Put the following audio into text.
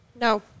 No